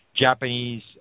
Japanese